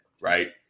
right